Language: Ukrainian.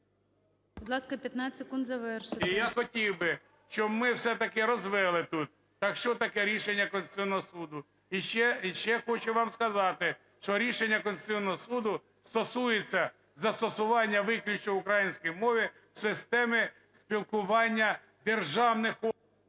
я хотів би, щоб ми все-таки розвели тут так, що таке рішення Конституційного Суду. І ще хочу вам сказати, що рішення Конституційного Суду стосується застосування виключно української мови в системі спілкування державних…